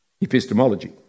epistemology